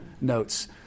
notes